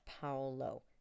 Paolo